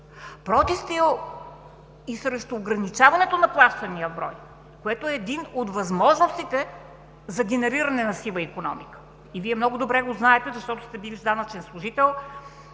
Против сте и срещу ограничаване на плащанията в брой, което е една от възможностите за генериране на сива икономика. Вие много добре го знаете, защото сте били данъчен служител,